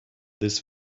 this